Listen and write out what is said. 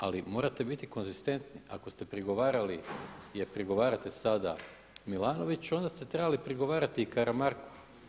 Ali morate biti konzistentni, ako ste prigovarali jer prigovarate sada Milanoviću onda ste trebali prigovarati i Karamarku.